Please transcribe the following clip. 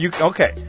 Okay